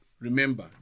remember